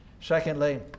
Secondly